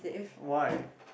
why